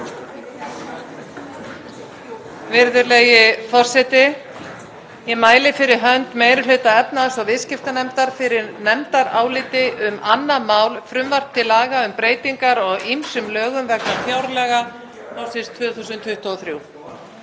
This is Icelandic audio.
Virðulegi forseti. Ég mæli fyrir hönd meiri hluta efnahags- og viðskiptanefndar fyrir nefndaráliti um 2. mál, frumvarp til laga um breytingu á ýmsum lögum vegna fjárlaga fyrir árið 2023.